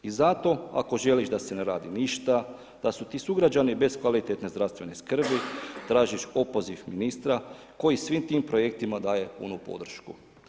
I zato ako želiš da se ne radi ništa, da su ti sugrađani bez kvalitetne zdravstvene skrbi, tražiš opoziv ministra, koji svim tim projektima daje punu podršku.